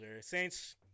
Saints